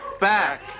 Back